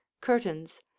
curtains